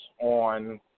on